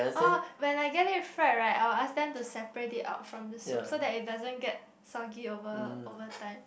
oh when I get it fried right I'll ask them to separate it out from the soup so it doesn't get soggy over~ overtime